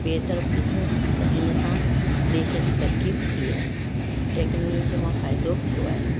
ॿिए तर्फ़ु ॾिसूं त हिन सां देश जी तरक़ी बि थी आहे टेक्नोलॉजीअ मां फ़ाइदो बि थियो आहे